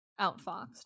Outfoxed